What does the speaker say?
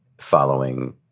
following